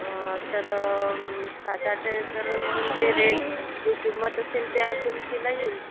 तर सात आठ तर मग ते रेट जे किंमत असेल त्या किंमतीला येईल